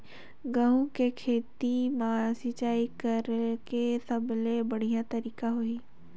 गंहू के खेती मां सिंचाई करेके सबले बढ़िया तरीका होही?